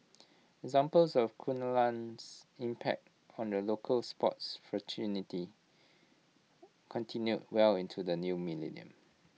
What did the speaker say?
examples of Kunalan's impact on the local sports fraternity continue well into the new millennium